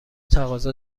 تقاضا